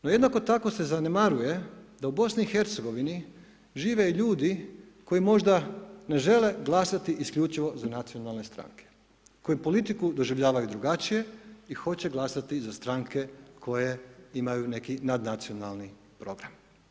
No jednako tako se zanemaruje da u BiH žive ljudi koji možda ne žele glasati isključivo za nacionalne stranke koji politiku doživljavaju drugačije i hoće glasati za stranke koje imaju neki nadnacionalni program.